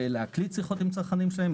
להקליט שיחות עם צרכנים שלהם,